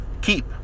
keep